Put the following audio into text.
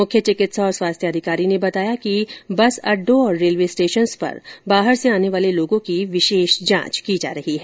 मुख्य चिकित्सा और स्वास्थ्य अधिकारी ने बताया कि बस अड़डों और रेलवे स्टेशन्स पर बाहर से आने वाले लोगों की विशेष जांच की जा रही है